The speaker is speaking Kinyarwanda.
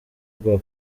rwa